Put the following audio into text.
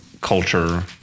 culture